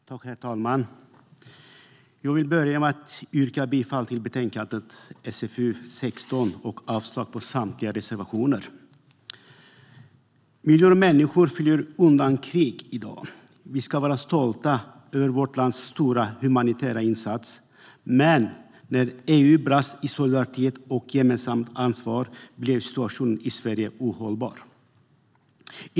Herr talman! Jag vill börja med att yrka bifall till utskottets förslag i betänkande SfU16 och avslag på samtliga reservationer. Miljoner människor flyr undan krig i världen. Vi ska vara stolta över vårt lands stora humanitära insats. Men när EU brast i solidaritet och gemensamt ansvar blev situationen i Sverige ohållbar.